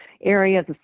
areas